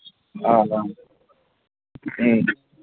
రాదా